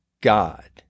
God